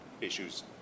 issues